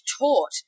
taught